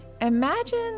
imagine